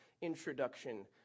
introduction